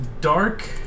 Dark